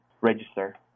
register